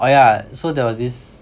oh yeah so there was this